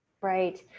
Right